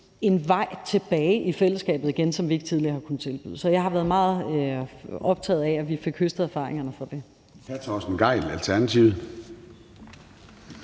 en vej tilbage i fællesskabet, som vi ikke tidligere har kunnet tilbyde. Så jeg har været meget optaget af, at vi fik høstet erfaringerne fra det.